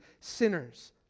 sinners